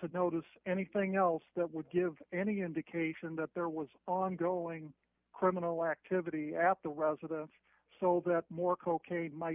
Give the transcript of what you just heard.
to notice anything else that would give any indication that there was ongoing criminal activity at the residence so that more cocaine might